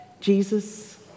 Jesus